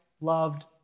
loved